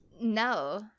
No